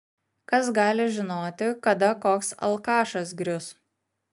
kas gali žinoti kada koks alkašas grius